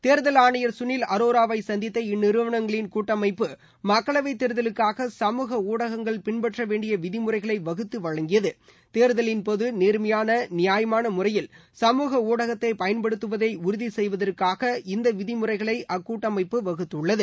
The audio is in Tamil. தேர்தல் ஆணையர் சுணில் அரோராவை சந்தித்த இந்நிறுவனங்களின் கூட்டமைப்பு மக்களவைத் தேர்தலுக்காக சமூக ஊடகங்கள் பின்பற்ற வேண்டிய விதிமுறைகளை வகுத்து வழங்கியது தேர்தலின் போது நேர்மையான நியாயமான முறையில் சமூக ஊடகத்தை பயன்படுத்துவதை உறுதி செய்வதற்காக இந்த விதிமுறைகளை அக்கூட்டமைப்பு வகுத்துள்ளது